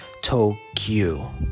Tokyo